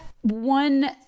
one